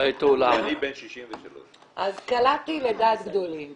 אני בן 63. אז קלעתי לדעת גדולים,